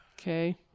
Okay